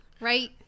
right